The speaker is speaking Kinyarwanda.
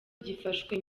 gifashwe